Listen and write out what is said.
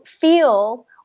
feel –